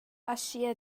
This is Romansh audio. aschia